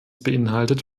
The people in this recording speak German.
beinhaltet